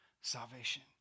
salvation